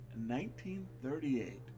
1938